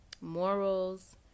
morals